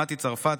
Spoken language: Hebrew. מטי צרפתי,